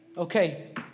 Okay